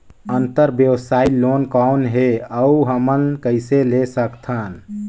अंतरव्यवसायी लोन कौन हे? अउ हमन कइसे ले सकथन?